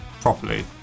properly